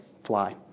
fly